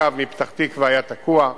הקו מפתח-תקווה היה תקוע.